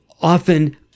often